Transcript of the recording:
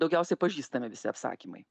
daugiausiai pažįstami visi apsakymai